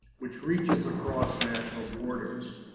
which reaches across national borders